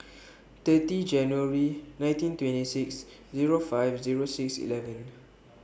thirty January nineteen twenty six Zero five Zero six eleven